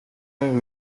est